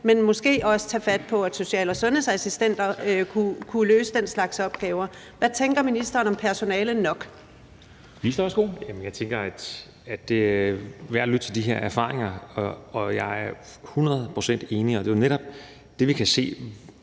og måske også se på, at social- og sundhedsassistenter kunne løse den slags opgaver. Hvad tænker ministeren om det med at